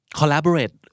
collaborate